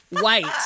white